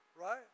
right